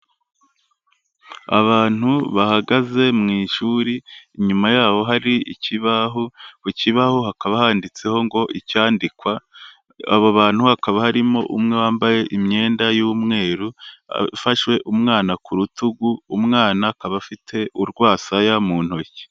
Abantu bahagaze mu ishuri, inyuma yaho hari ikibaho, ku kibaho hakaba handitseho ngo icyandikwa, aba bantu hakaba harimo umwe wambaye imyenda y'umweru, afashe umwana ku rutugu, umwana akaba afite urwasaya mu ntoki.